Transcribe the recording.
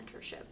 mentorship